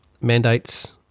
mandates